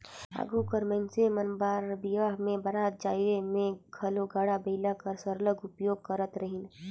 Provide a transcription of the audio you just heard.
आघु कर मइनसे मन बर बिहा में बरात जवई में घलो गाड़ा बइला कर सरलग उपयोग करत रहिन